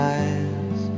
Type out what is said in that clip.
eyes